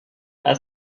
als